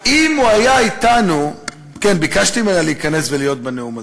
כן, ביקשתי ממנה להיכנס ולהיות בנאום הזה.